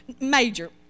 major